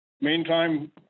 Meantime